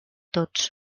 tots